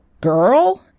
girl